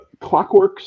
clockworks